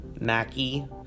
Mackie